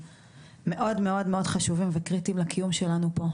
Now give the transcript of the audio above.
מאוד מאוד חשובים וקריטיים לקיום שלנו פה,